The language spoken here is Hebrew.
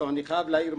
אני לא בשאלה מגדרית.